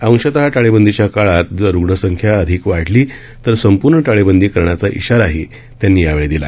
अंशतः टाळेबंदीच्या काळात जर रुग्णसंख्या अधिक वाढली तर संपूर्ण टाळेबंदी करण्याचा इशाराही त्यांनी यावेळी दिला